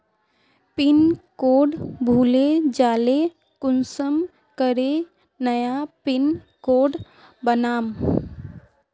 Pin code भूले जाले कुंसम करे नया पिन कोड बनाम?